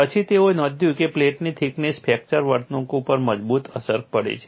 પછી તેઓએ નોંધ્યું કે પ્લેટની થિકનેસ ફ્રેક્ચર વર્તણૂક ઉપર મજબૂત અસર પડે છે